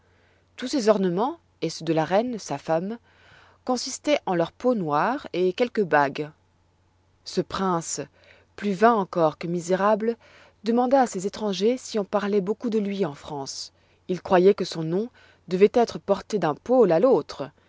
tous ses ornements et ceux de la reine sa femme consistoient en leur peau noire et quelques bagues ce prince plus vain encore que misérable demanda à ces étrangers si on parloit beaucoup de lui en france il croyoit que son nom devoit être porté d'un pôle à l'autre